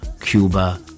Cuba